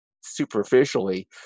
superficially